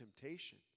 temptation